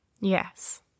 Yes